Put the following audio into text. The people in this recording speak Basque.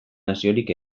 naziorik